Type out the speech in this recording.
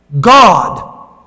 God